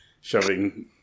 shoving